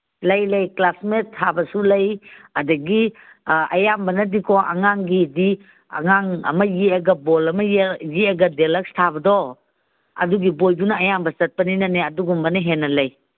ꯂꯩ ꯂꯩ ꯀ꯭ꯂꯥꯁꯃꯦꯠ ꯊꯥꯕꯁꯨ ꯂꯩ ꯑꯗꯒꯤ ꯌꯥꯝꯕꯅꯗꯤꯀꯣ ꯑꯉꯥꯡꯒꯤꯗꯤ ꯑꯉꯥꯡ ꯑꯃ ꯌꯦꯛꯑꯒ ꯕꯣꯜ ꯑꯃ ꯌꯦꯛꯑꯒ ꯗꯦꯂꯛꯁ ꯊꯥꯕꯗꯣ ꯑꯗꯨꯒꯤ ꯕꯣꯏꯗꯨꯅ ꯑꯌꯥꯝꯕ ꯆꯠꯄꯅꯤꯅꯅꯦ ꯑꯗꯨꯒꯨꯝꯕꯅ ꯍꯦꯟꯅ ꯂꯩ